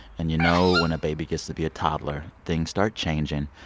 and, you know, when a baby gets to be a toddler, things start changing.